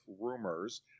rumors